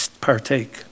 partake